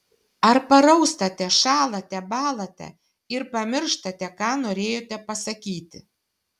ar paraustate šąlate bąlate ir pamirštate ką norėjote pasakyti